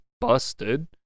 busted